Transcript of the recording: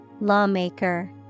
Lawmaker